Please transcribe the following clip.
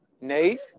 Nate